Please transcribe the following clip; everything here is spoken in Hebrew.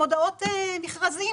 עולות שם מודעות מכרזים.